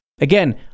Again